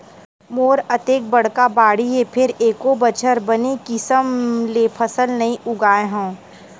मोर अतेक बड़का बाड़ी हे फेर एको बछर बने किसम ले फसल नइ उगाय हँव